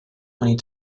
many